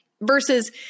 versus